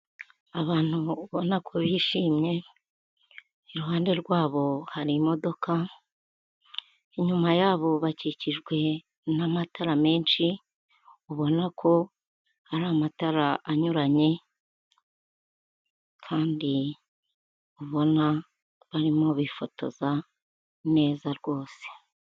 Abantu ubona ko bishimye iruhande rwabo, hari imodoka inyuma yabo bakikijwe n'amatara menshi, ubona ko hari amatara anyuranye kandi ubona barimo bifotoza neza rwose.